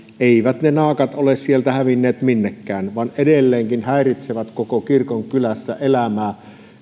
eivät ne naakat ole sieltä hävinneet minnekään vaan edelleenkin häiritsevät koko kirkonkylässä elämää